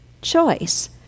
choice